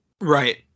right